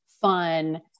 fun